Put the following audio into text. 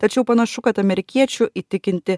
tačiau panašu kad amerikiečių įtikinti